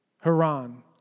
Haran